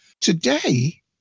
Today